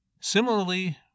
Similarly